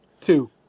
Two